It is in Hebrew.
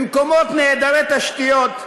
במקומות נעדרי תשתיות.